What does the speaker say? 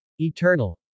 eternal